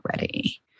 ready